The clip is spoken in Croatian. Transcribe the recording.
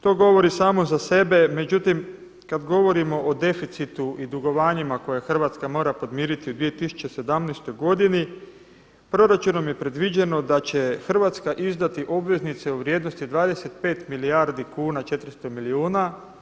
To govori samo za sebe, međutim kad govorimo o deficitu i dugovanjima koja Hrvatska mora podmiriti u 2017. godini proračunom je predviđeno da će Hrvatska izdati obveznice u vrijednosti 25 milijardi kuna 400 milijuna.